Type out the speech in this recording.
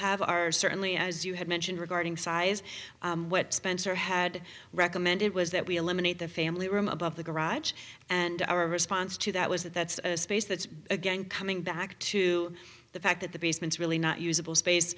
have are certainly as you had mentioned regarding size spencer had recommended was that we eliminate the family room above the garage and our response to that was that that's a space that's again coming back to the fact that the basements really not usable space